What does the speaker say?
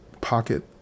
Pocket